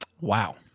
Wow